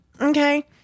okay